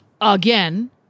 again